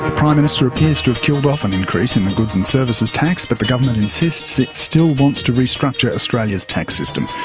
prime minister appears to have killed off an increase in the goods and services tax, but the government insists it still wants to restructure australia's tax system.